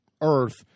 earth